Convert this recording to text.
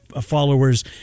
followers